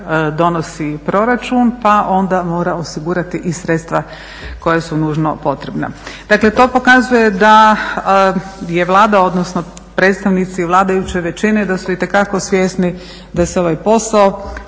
donosi proračun pa onda mora osigurati i sredstva koja su nužno potrebna. Dakle to pokazuje da je Vlada odnosno predstavnici vladajuće većine da su itekako svjesni da se ovaj posao